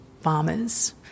farmers